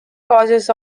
causes